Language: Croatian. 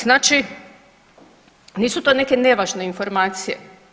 Znači nisu to neke nevažne informacije.